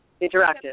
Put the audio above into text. interactive